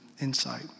insight